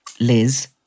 Liz